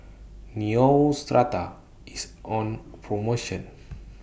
Neostrata IS on promotion